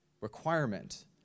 requirement